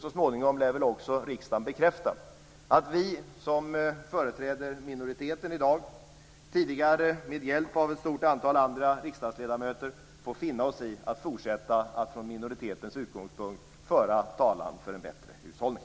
Så småningom lär väl också riksdagen bekräfta att vi som företräder minoriteten i dag med hjälp av ett stort antal andra riksdagsledamöter får finna oss i att fortsätta att från minoritetens utgångspunkt föra talan för en bättre hushållning.